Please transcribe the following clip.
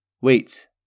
Wait